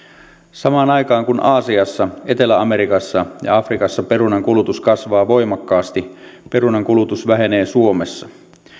samaan aikaan kun aasiassa etelä amerikassa ja afrikassa perunan kulutus kasvaa voimakkaasti perunan kulutus vähenee suomessa